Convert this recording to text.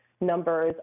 numbers